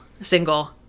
single